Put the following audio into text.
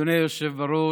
אדוני היושב-ראש,